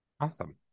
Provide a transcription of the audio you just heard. Awesome